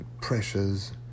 pressures